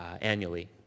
annually